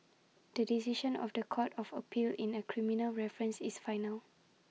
the decision of The Court of appeal in A criminal reference is final